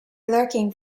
lurking